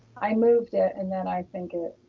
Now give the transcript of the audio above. i moved it and then i think it,